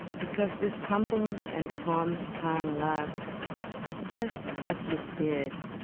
because this humble and homespun love just as you see it,